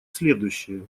следующее